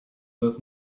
both